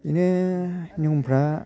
बेनो नियमफ्रा